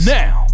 now